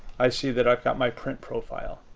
i see that i've got my print profile.